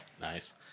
Nice